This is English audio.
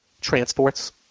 transports